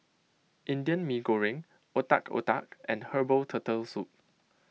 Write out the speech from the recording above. Indian Mee Goreng Otak Otak and Herbal Turtle Soup